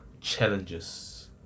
challenges